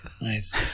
nice